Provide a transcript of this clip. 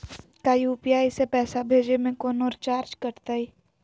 का यू.पी.आई से पैसा भेजे में कौनो चार्ज कटतई?